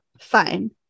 fine